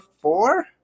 four